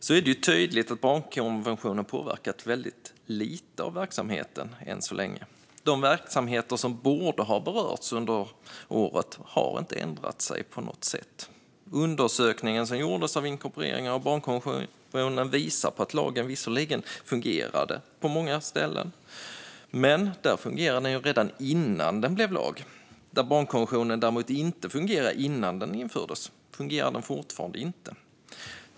Det är dock tydligt att barnkonventionen påverkat väldigt lite av verksamheten än så länge. De verksamheter som borde ha berörts under året har inte ändrat sig på något sätt. Den undersökning som gjordes gällande inkorporeringen av barnkonventionen visar på att lagen visserligen fungerar på många ställen, men där fungerade den ju redan innan den blev lag. Där barnkonventionen däremot inte fungerade innan den infördes fungerar den fortfarande inte.